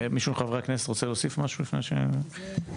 מישהו מחברי הכנסת רוצה להוסיף משהו לפני שאני מסכם?